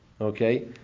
Okay